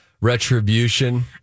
Retribution